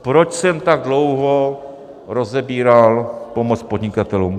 Proč jsem tak dlouho rozebíral pomoc podnikatelům?